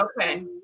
Okay